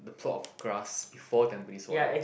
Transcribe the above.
the plot of grass before Tampines-One